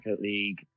League